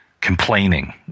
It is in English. complaining